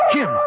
Jim